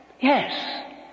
Yes